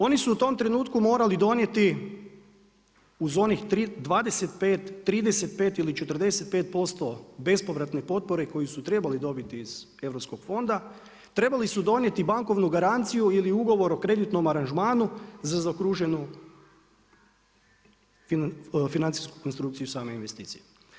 Oni su u tom trenutku morali donijeti uz onih 25, 35 ili 45% bespovratne potpore koju su trebali dobiti iz europskog fonda, trebali su donijeti bankovnu garanciju ili ugovor o kreditnog aranžmanu za zaokruženu financiju konstrukciju same investicije.